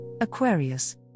Aquarius